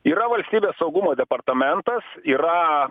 yra valstybės saugumo departamentas yra